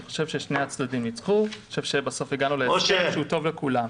אני חושב ששני הצדדים ניצחו ובסוף הגענו להסכם שהוא טוב לכולם.